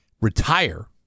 retire